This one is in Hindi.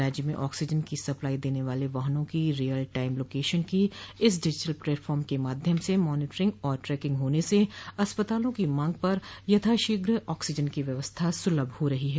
राज्य में ऑक्सीजन की सप्लाई देने वाले वाहनों की रियल टाइम लोकेशन की इस डिजीटल प्लेटफार्म के माध्यम से मॉनिटरिंग व ट्रेकिंग होने से अस्पतालों की मॉग पर यथाशीघ्र ऑक्सीजन की व्यवस्था सुलभ हो रहो है